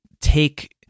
take